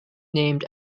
named